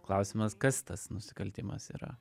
klausimas kas tas nusikaltimas yra